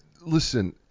Listen